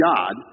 God